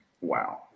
Wow